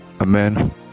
Amen